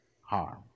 harm